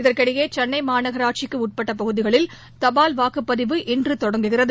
இதற்கிடையே சென்னை மாநகராட்சிக்குட்பட்ட பகுதிகளில் தபால் வாக்குப்பதிவு இன்று தொடங்கியது